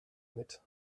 mit